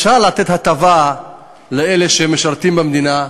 אפשר לתת הטבה לאלה שמשרתים במדינה,